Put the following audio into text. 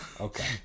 Okay